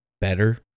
better